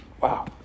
Wow